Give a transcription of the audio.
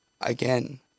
again